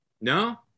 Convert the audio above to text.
no